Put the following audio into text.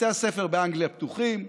בתי הספר באנגליה פתוחים,